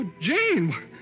Jane